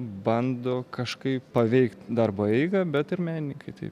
bando kažkaip paveikt darbo eigą bet ir menininkai tai